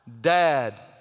dad